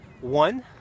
one